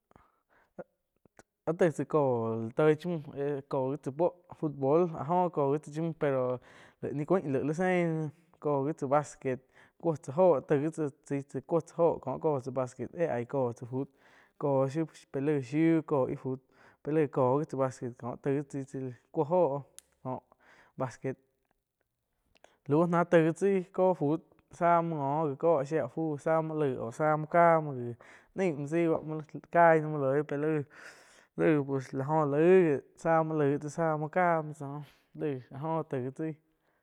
Áh toi tsá kó la toi cha mü éh ko gi tsá puo fut bol áh joh ko gi tsa laig cha mü pero laig ni cuain lai li sein ná kó gi tsá basquet cuo tsá óho taig gi tsai tsá cuo óho kó ko tsa basquet éh ai có tsá fut có shiu pe laih shiu cóh íh fut pe laih kó gi tzá basquet ko tai gi tsai tsá cuo óh có basquet lau náh tai gi tsaí có fut sá muo ngo já có áh shia fu záh muo laig oh záh muo ca muo jih nain muo tsai bá muo cai ná muo loih pe laig, laig pues la oh laig záh muo laig tsá záh muo ka muo tsájo laig áh jo tai gi chai.